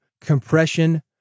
compression